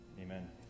amen